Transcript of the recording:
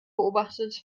beobachtet